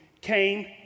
came